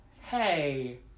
Hey